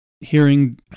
hearing